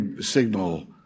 signal